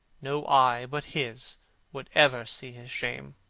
no eye but his would ever see his shame.